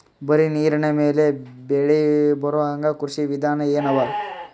ಬರೀ ನೀರಿನ ಮೇಲೆ ಬೆಳಿ ಬರೊಹಂಗ ಕೃಷಿ ವಿಧಾನ ಎನವ?